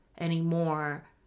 anymore